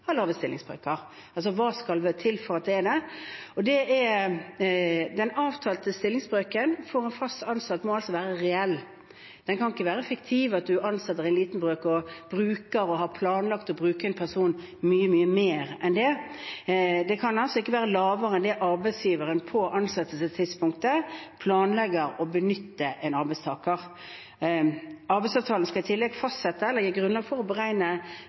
lave stillingsbrøker, altså hva som skal til. Det er at den avtalte stillingsbrøken for en fast ansatt må være reell. Den kan ikke være fiktiv, at man ansetter i en liten brøk og bruker – og har planlagt å bruke – en person mye, mye mer enn det. Stillingsbrøken kan altså ikke være lavere enn det arbeidsgiveren på ansettelsestidspunktet planlegger å benytte en arbeidstaker. Arbeidsavtalen skal i tillegg fastsette eller gi grunnlag for å beregne